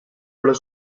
però